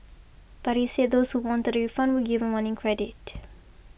but he said those who wanted a refund were given one in credit